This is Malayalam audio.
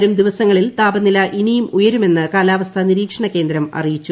വരും ദിവസങ്ങളിൽ താപനില ഇനിയും ഉയരുമെന്ന് കാലാവസ്ഥാ നിരീക്ഷണ കേന്ദ്രം അറിയിച്ചു